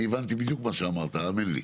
אני הבנתי בדיוק מה שאמרת, האמן לי.